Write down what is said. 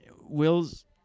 Will's